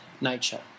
nature